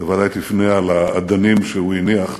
בוודאי תבנה על האדנים שהוא הניח,